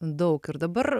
daug ir dabar